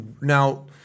now